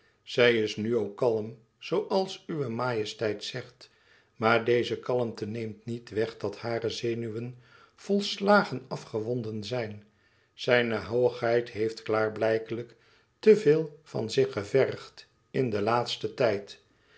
zij is nu ook kalm zooals uwe majesteit zegt maar deze kalmte neemt niet weg dat hare zenuwen volslagen afgewonden zijn zijne hoogheid heeft klaarblijkelijk te veel van zich gevergd in den laatsten tijd